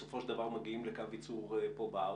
בסופו של דבר מגיעים לקו ייצור פה בארץ,